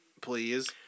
please